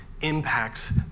impacts